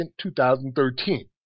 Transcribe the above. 2013